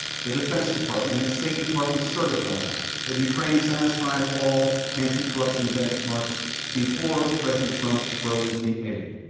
the defense department and state department certified that ukraine satisfied all anticorruption benchmarks before president trump froze the eight.